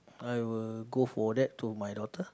I will go for that to my daughter